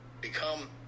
become